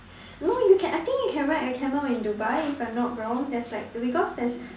no you can I think you can ride a camel in Dubai if I'm not wrong that's like because there's